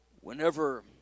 Whenever